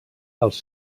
els